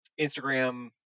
Instagram